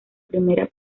primera